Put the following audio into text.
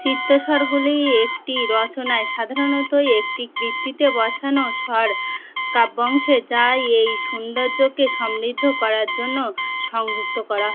চিত্তস্বরগুলি একটি রচনায় সাধারণত একটি কৃত্তিতে বসানো স্বর কাব্যাংশে যায় এই সৌন্দর্যকে সমৃদ্ধ করার জন্য সংযুক্ত করা